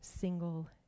single